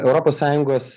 europos sąjungos